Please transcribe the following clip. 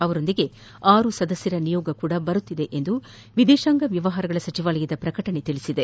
ಅವರೊಂದಿಗೆ ಆರು ಸದಸ್ಯರ ನಿಯೋಗವು ಬರುತ್ತಿದೆ ಎಂದು ವಿದೇಶಾಂಗ ವ್ಯವಹಾರಗಳ ಸಚಿವಾಲಯದ ಪ್ರಕಟಣೆ ತಿಳಿಸಿದೆ